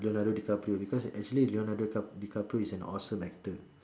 Leonardo-DiCaprio because actually Leonardo-DiCaprio is an awesome actor